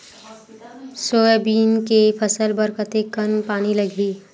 Soybean के फसल बर कतेक कन पानी लगही?